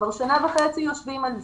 כבר שנה וחצי יושבים על זה.